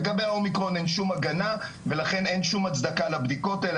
לגבי האומיקרון אין שום הגנה ולכן אין שום הצדקה לבדיקות האלה,